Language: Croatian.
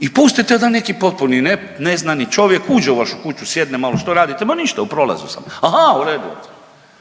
i pustite da neki potpuno neznani čovjek uđe u vašu kuću, sjedne malo, što radite, ma ništa u prolazu sam, aha u redu je.